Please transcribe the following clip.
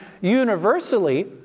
universally